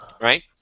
Right